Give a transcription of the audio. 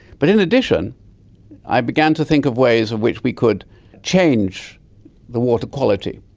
but in addition i began to think of ways in which we could change the water quality.